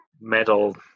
metal